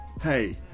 hey